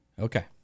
Okay